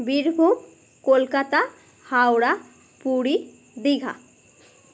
Birbhum Kolkata Howrah Puri Digha